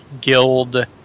guild